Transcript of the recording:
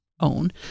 own